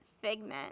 Figment